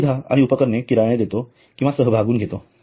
सुविधा आणि उपकरणे किरायाने देतो किंवा सहभागुन घेतो